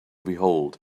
behold